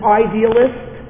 idealist